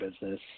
business